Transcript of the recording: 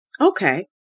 Okay